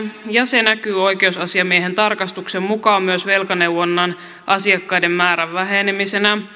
ja se näkyy oikeusasiamiehen tarkastuksen mukaan myös velkaneuvonnan asiakkaiden määrän vähenemisenä